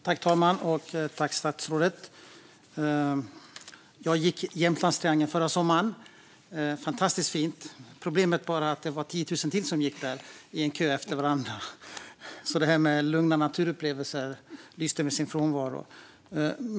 Fru talman! Jag gick Jämtlandstriangeln förra sommaren. Det var fantastiskt fint. Problemet var bara att det var tio tusen till som gick där i en kö efter varandra. Det här med lugna naturupplevelser lyste med sin frånvaro.